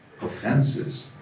offenses